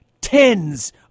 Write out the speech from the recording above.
Tens